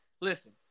Listen